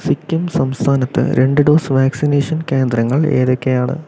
സിക്കിം സംസ്ഥാനത്ത് രണ്ട് dose vaccination കേന്ദ്രങ്ങൾ ഏതൊക്കെയാണ്